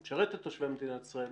הוא משרת את תושבי מדינת ישראל,